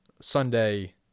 Sunday